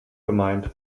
gemeint